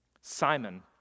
Simon